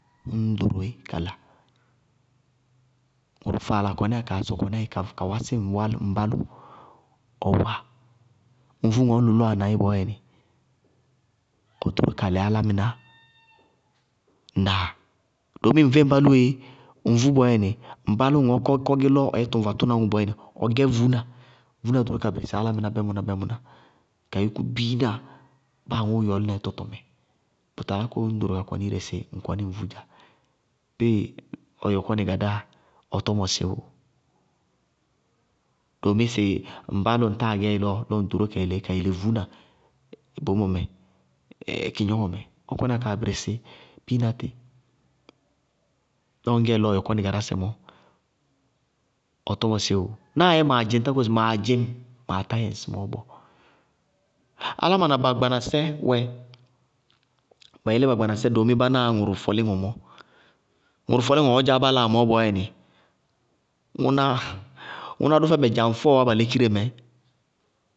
Ññ doro bʋɛ kala. Ŋʋrʋ faala kɔnɩyá kaa sɔkɔ náɩ ka wásɩ ŋ walʋ ŋ bálʋ, ʋ wáa. Ŋvʋ ŋɔɔ ñ lʋlʋwá náɩ bʋʋyɛ nɩ, ɔ doró ka lɩ álámɩná. Ŋnáa?. Doomi ŋ vé ŋɖálʋ yéé. Ŋvʋ bɔɔyɛ nɩ, ŋɖálʋ ŋɔɔ kɔgɩkɔgɩ lɔ ɔyɛ tʋvatʋtʋna ŋʋ bɔɔyɛ ʋ gɛ vuúna, vuúna doró ka bɩrɩsɩ álámɩná bɩmʋná-bɩmʋná, ka yúkú biina báa aŋʋʋ yɔɔlɩna ɩ tɔtɔmɛ. Bʋ talá kóo ññ doro ka kɔnɩ ire sɩ ŋ kɔnɩ ŋ vú dzá. Bɩɩ ɔ yɔkɔ nɩ gadáa, ɔ tɔmɔ sɩwʋʋ? Doomi, ŋ bálʋ, sɩ ŋtáa gɛɩ bɔɔ, lɔ ŋ doró ka yele ɩ ka yele vuúna boémɔ mɛ, kɩgnɔŋɔ mɛ. Ɔ kɔnɩyá ka bɩrɩsɩ biinatɩ lɔ ŋñgɛɩ lɔ ɔ yɔkɔnɩ gadàsɛ mɔɔ, ɔ tɔmɔ sɩwʋʋ? Náa yɛ maadzɩŋtá kóo sɩ maa dzɩñŋ maa tá yɛ ŋsɩmɔɔ bɔɔ. Áláma na ba gbanasɛ wɛ, ba yelé ba gbanasɛ doomi bá náa ŋʋrʋ fɔlɩŋɔ, ŋʋrʋ fɔlɩŋɔ ŋɔɔ dzáá bá láa mɔɔ bɔɔyɛ nɩ, ŋʋná, ŋʋná dʋ fɛbɛ dzaŋfɔɔ wá ba lékiremɛ.